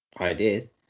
ideas